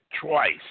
twice